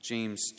James